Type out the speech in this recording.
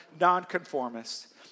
nonconformists